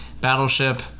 Battleship